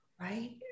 Right